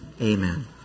amen